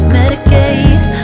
Medicaid